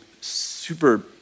super